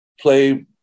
play